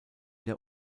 der